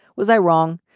was i wrong.